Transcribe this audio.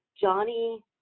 Johnny